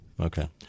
okay